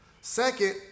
Second